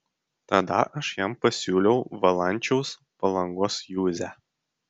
tada aš jam pasiūliau valančiaus palangos juzę